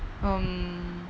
um